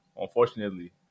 unfortunately